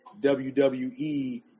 WWE